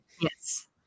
Yes